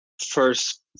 first